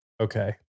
okay